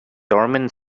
dorman